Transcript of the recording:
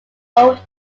old